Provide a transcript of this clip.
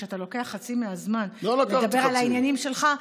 כשאתה לוקח חצי מהזמן לדבר על העניינים שלך,